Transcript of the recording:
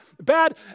bad